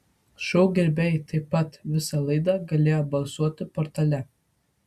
šou gerbėjai taip pat visą laidą galėjo balsuoti portale